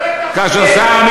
בטח שכן,